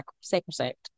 sacrosanct